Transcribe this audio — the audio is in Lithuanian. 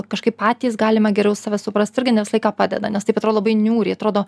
kažkaip patys galime geriau save suprast irgi ne visą laiką padeda nes tai atrodo labai niūriai atrodo